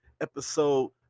episode